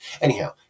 Anyhow